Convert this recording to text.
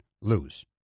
lose